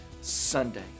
Sunday